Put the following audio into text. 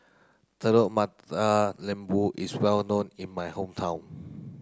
Telur Mata Lembu is well known in my hometown